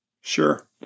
Sure